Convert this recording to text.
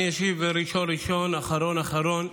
אני אשיב ראשון ראשון ואחרון אחרון.